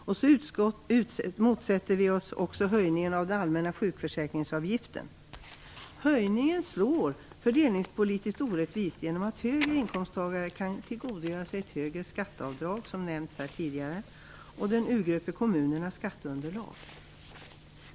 Vi motsätter oss också höjningen av den allmänna sjukförsäkringsavgiften. Höjningen slår fördelningspolitiskt orättvist, genom att högre inkomsttagare kan tillgodogöra sig ett högre skatteavdrag, som nämnts här tidigare, och den urgröper kommunernas skattepolitik.